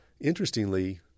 interestingly –